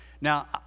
Now